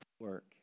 work